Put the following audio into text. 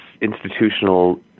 institutional